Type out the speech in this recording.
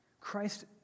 Christ